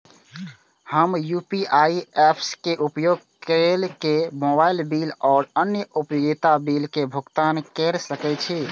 हम UPI apps के उपयोग केर के मोबाइल बिल और अन्य उपयोगिता बिल के भुगतान केर सके छी